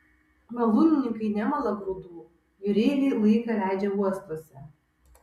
malūnininkai nemala grūdų jūreiviai laiką leidžia uostuose